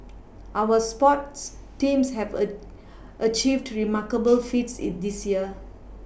our sports teams have a achieved remarkable feats this year